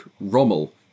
Rommel